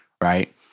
right